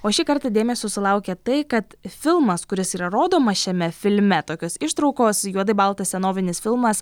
o šį kartą dėmesio sulaukė tai kad filmas kuris yra rodomas šiame filme tokios ištraukos juodai baltas senovinis filmas